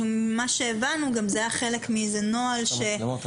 וממה שהבנו זה היה חלק מנוהל שהם חויבו בו.